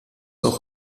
auch